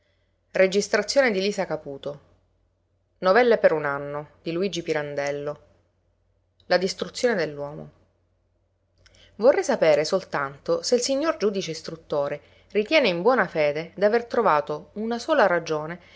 e anche della sua paterna benevolenza per vittorino lamanna giovane commediografo di belle speranze la distruzione dell'uomo vorrei sapere soltanto se il signor giudice istruttore ritiene in buona fede d'aver trovato una sola ragione